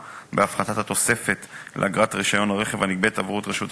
בהפחתת התוספת לאגרת רשיון הרכב הנגבית עבור רשות השידור,